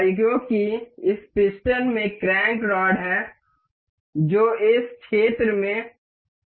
क्योंकि इस पिस्टन में क्रैंक रॉड है जो इस क्षेत्र में स्थिर की जानी है